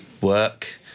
work